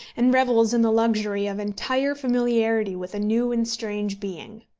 and revels in the luxury of entire familiarity with a new and strange being.